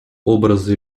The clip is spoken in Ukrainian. образи